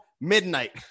midnight